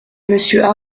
monsieur